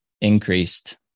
increased